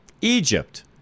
Egypt